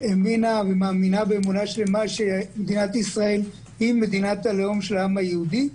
האמינה ומאמינה באמונה שלמה שמדינת ישראל היא מדינת הלאום היהודי,